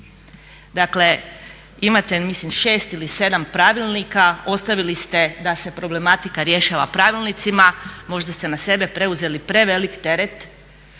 Dakle, imate ja mislim 6 ili 7 pravilnika. Ostavili ste da se problematika rješava pravilnicima, možda ste na sebe preuzeli prevelik teret.